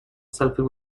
selfie